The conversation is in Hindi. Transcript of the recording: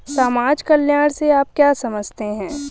समाज कल्याण से आप क्या समझते हैं?